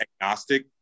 agnostic